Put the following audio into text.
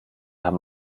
haben